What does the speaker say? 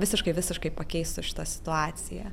visiškai visiškai pakeistų šitą situaciją